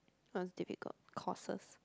runs difficult courses